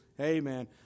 Amen